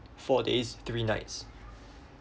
four days three nights